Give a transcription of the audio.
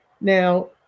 Now